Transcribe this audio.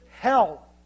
hell